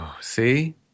see